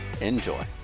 enjoy